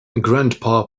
grandpa